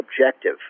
objective